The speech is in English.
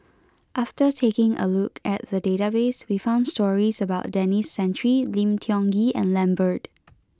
after taking a look at the database we found stories about Denis Santry Lim Tiong Ghee and Lambert